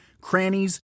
crannies